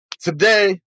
today